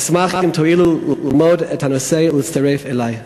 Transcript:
אשמח אם תואילו ללמוד את הנושא ולהצטרף אלי.